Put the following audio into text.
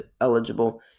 eligible